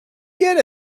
get